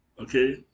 Okay